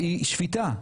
היא שפיטה.